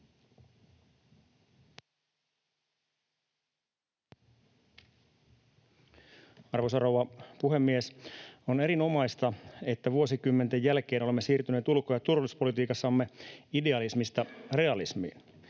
Arvoisa rouva puhemies! On erinomaista, että vuosikymmenten jälkeen olemme siirtyneet ulko- ja turvallisuuspolitiikassamme idealismista realismiin.